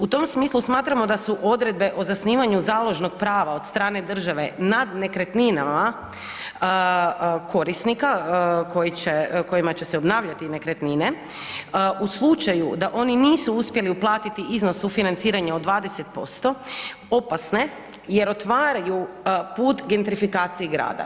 U tom smislu smatramo da su odredbe o zasnivanju založnog prava od strane države nad nekretninama korisnika kojima će se obnavljati nekretnine, u slučaju da oni nisu uspjeli uplatiti iznos sufinanciranja od 20% opasne jer otvaraju put gentrifikaciji grada.